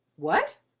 what!